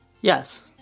Yes